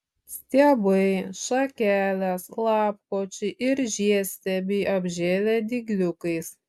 stiebai šakelės lapkočiai ir žiedstiebiai apžėlę dygliukais